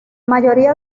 mayoría